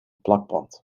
plakband